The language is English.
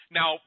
Now